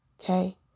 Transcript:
okay